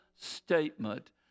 statement